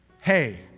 hey